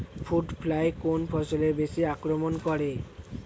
Fruit fly কোন ফসলে বেশি আক্রমন করে?